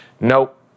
nope